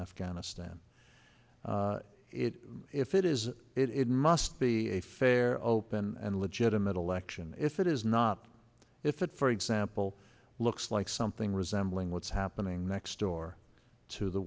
afghanistan if it is it must be a fair open and legitimate election if it is not if it for example looks like something resembling what's happening next door to the